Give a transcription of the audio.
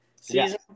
season